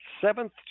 seventh